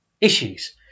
issues